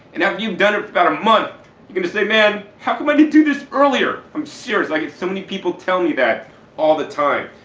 and after you've done it for about a month, you're going to say man, how um and do this earlier? i'm serious i get so many people telling me that all the time.